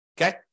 Okay